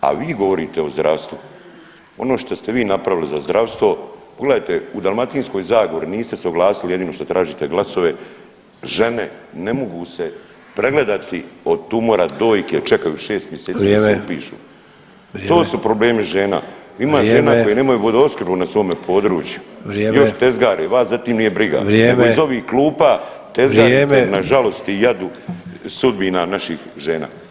A vi govorite o zdravstvu, ono što ste vi napravili za zdravstvo, pogledajte u Dalmatinskoj zagori niste se oglasili jedino što tražite glasove, žene ne mogu se pregledati od tumora dojke čekajući 6 mjeseci [[Upadica: Vrijeme.]] da se upišu [[Upadica: Vrijeme.]] to su problemi žena ima žena [[Upadica: Vrijeme]] koje nemaju vodoopskrbu na svome području [[Upadica: Vrijeme]] i još tezgare, vas za tim nije briga da bi iz ovih klupa tezgarite nažalost i jadu sudbina naših žena.